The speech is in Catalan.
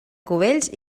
cubells